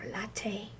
latte